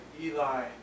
Eli